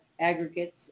aggregates